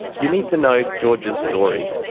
you need to know george's story.